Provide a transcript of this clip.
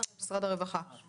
אני מקווה שאנחנו נעלה,